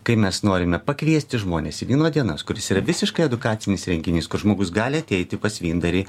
kai mes norime pakviesti žmones į vyno dienas kuris yra visiškai edukacinis renginys kur žmogus gali ateiti pas vyndarį